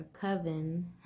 Coven